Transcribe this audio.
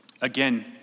Again